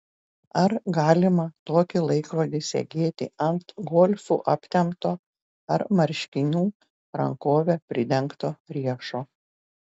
ar galima tokį laikrodį segėti ant golfu aptemto ar marškinių rankove pridengto riešo